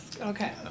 Okay